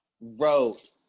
wrote